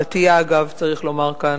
דתייה, אגב, צריך לומר כאן.